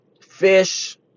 fish